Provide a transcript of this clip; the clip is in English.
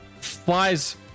flies